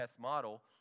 model